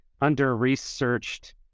under-researched